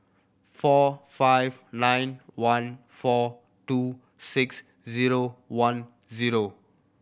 four five nine one four two six zero one zero